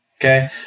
Okay